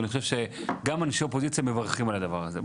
ואני חושב שגם אנשי אופוזיציה מברכים על הדבר הזה,